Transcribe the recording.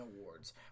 awards